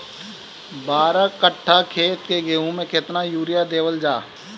बारह कट्ठा खेत के गेहूं में केतना यूरिया देवल जा?